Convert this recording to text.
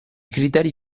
criteri